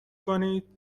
کنید